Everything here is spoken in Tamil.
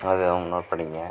அதுவும் நோட் பண்ணிக்குங்க